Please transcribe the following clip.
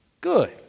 good